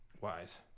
Wise